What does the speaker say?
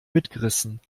mitgerissen